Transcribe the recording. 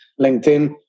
LinkedIn